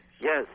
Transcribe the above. yes